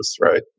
right